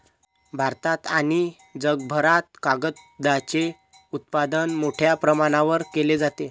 भारतात आणि जगभरात कागदाचे उत्पादन मोठ्या प्रमाणावर केले जाते